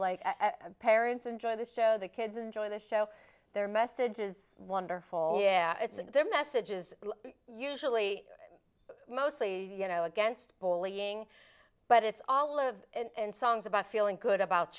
like parents enjoy the show the kids enjoy the show their message is wonderful yeah it's their message is usually mostly you know against bullying but it's all live and songs about feeling good about